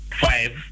five